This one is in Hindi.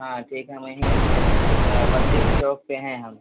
हाँ ठीक है वहीं हैं पट्टी में चौक पर हैं हम